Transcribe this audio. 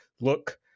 look